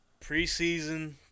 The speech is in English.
preseason